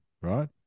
right